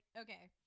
okay